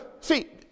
See